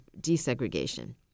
desegregation